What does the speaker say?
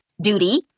duty